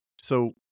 So-